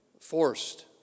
forced